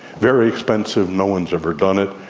very expensive, no one has ever done it,